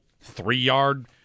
three-yard